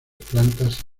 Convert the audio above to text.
plantas